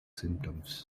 symptoms